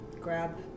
grab